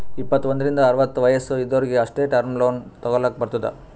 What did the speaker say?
ಇಪ್ಪತ್ತು ಒಂದ್ರಿಂದ್ ಅರವತ್ತ ವಯಸ್ಸ್ ಇದ್ದೊರಿಗ್ ಅಷ್ಟೇ ಟರ್ಮ್ ಲೋನ್ ತಗೊಲ್ಲಕ್ ಬರ್ತುದ್